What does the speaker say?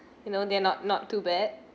you know they're not not too bad